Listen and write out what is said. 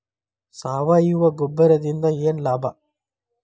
ಸಾವಯವ ಗೊಬ್ಬರದಿಂದ ಏನ್ ಲಾಭ?